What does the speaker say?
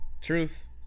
truth